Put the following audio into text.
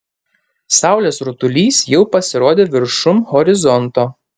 saulės rutulys jau pasirodė viršum horizonto